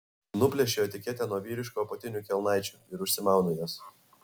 nuplėšiu etiketę nuo vyriškų apatinių kelnaičių ir užsimaunu jas